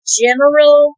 general